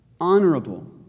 honorable